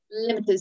limiters